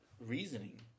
reasoning